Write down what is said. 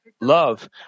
love